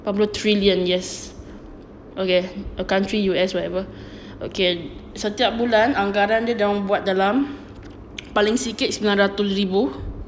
lapan puluh trillion yes okay a country U_S whatever okay setiap bulan anggaran dia dia orang buat dalam paling sikit sembilan ratus ribu